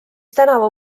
tänavu